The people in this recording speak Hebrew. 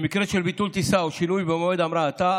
במקרה של ביטול טיסה או שינוי במועד המראתה,